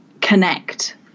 connect